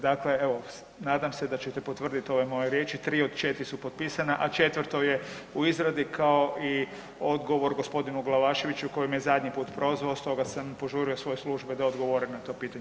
Dakle, evo nadam se da ćete potvrditi ove moje riječi, 3 od 4 su potpisana a 4. je u izradi kao i odgovor g. Glavaševiću koji me je zadnji put prozvao, stoga sam požurio svoje službe da odgovore na to pitanje.